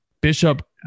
Bishop